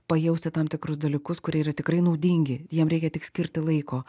pajausti tam tikrus dalykus kurie yra tikrai naudingi jiem reikia tik skirti laiko